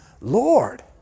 Lord